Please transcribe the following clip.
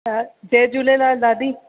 जय झूलेलाल दादी